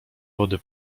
wody